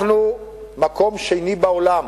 אנחנו מקום שני בעולם